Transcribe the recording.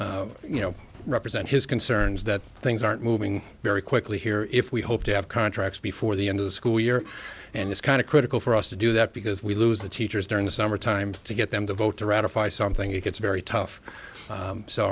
you know represent his concerns that things aren't moving very quickly here if we hope to have contracts before the end of the school year and it's kind of critical for us to do that because we lose the teachers during the summer time to get them to vote to ratify something it's very tough